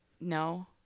No